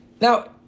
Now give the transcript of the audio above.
Now